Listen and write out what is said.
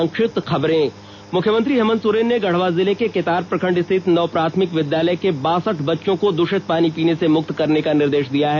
संक्षिप्त खबरें मुख्यमंत्री हेमन्त सोरेन ने गढ़वा जिले के केतार प्रखण्ड स्थित नव प्राथमिक विद्यालय के बासठ बच्चों को दूषित पानी पीने से मुक्त करने का निर्देश दिया है